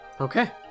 Okay